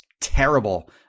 terrible